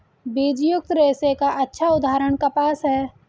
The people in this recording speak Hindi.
बीजयुक्त रेशे का अच्छा उदाहरण कपास है